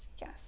yes